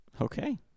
Okay